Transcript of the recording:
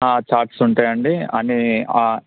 charts ఉంటాయండి అన్నీ